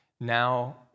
now